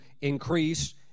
increase